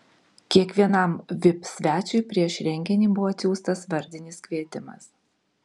kiekvienam vip svečiui prieš renginį buvo atsiųstas vardinis kvietimas